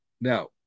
Now